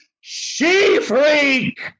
She-Freak